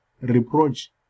reproach